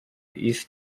east